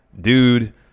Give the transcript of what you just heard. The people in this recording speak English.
Dude